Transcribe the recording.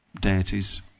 deities